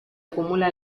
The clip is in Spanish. acumula